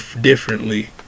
differently